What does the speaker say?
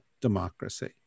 democracy